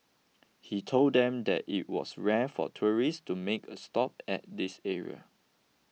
he told them that it was rare for tourists to make a stop at this area